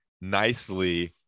nicely